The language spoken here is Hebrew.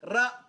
אני ממליץ,